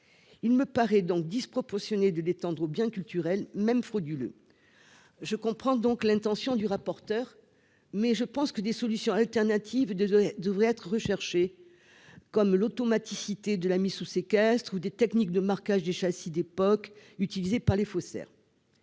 Il me paraît donc disproportionné de l'étendre aux biens culturels, même frauduleux. Je comprends l'intention du rapporteur, mais je pense que des solutions alternatives devraient être recherchées, comme l'automaticité de la mise sous séquestre ou des techniques de marquage des châssis d'époque utilisés par les faussaires.